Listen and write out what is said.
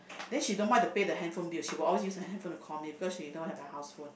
then she don't mind to pay the handphone bill she was always the handphone to call me because she don't have a house phone